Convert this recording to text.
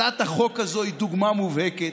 הצעת החוק הזאת היא דוגמה מובהקת,